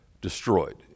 destroyed